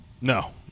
No